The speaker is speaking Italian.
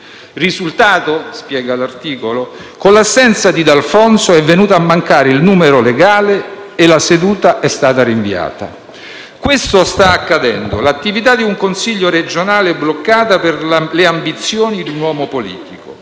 «Risultato?» Spiega l'articolo: «Con l'assenza di D'Alfonso è venuto a mancare il numero legale e la seduta è stata rinviata.» Questo sta accadendo: l'attività di un Consiglio regionale è bloccata per le ambizioni di un uomo politico.